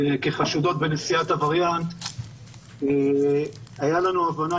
כחשודות בנשיאת הווריאנט הייתה לנו הבנה